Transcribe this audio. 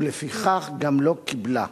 ולפיכך גם לא קיבלה.